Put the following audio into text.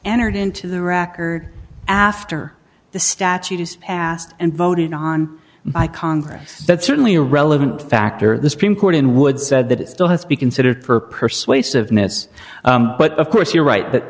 entered into the record after the statute is passed and voted on by congress that's certainly a relevant factor the supreme court in wood said that it still has to be considered for persuasiveness but of course you're right that